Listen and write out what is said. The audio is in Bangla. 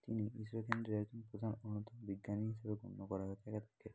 তিনি ইসরো কেন্দ্রের প্রধান অন্যতম বিজ্ঞানী হিসেবে গণ্য করা হয়ে থাকে তাকে